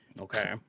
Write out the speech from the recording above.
Okay